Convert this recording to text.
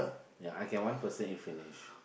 ya I can one person eat finish